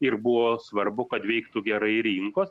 ir buvo svarbu kad veiktų gerai rinkos